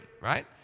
right